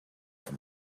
for